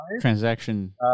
Transaction